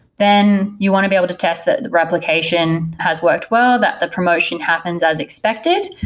then you want to be able to test that the replication has worked well, that the promotion happens as expected.